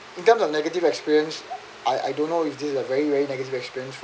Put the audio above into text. in terms of negative experience I I don't know if this is a very very negative experience for